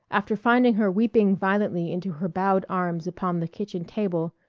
after finding her weeping violently into her bowed arms upon the kitchen table,